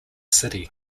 city